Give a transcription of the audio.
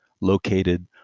located